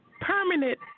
permanent